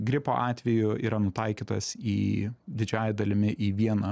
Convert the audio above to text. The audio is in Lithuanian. gripo atveju yra nutaikytas į didžiąja dalimi į vieną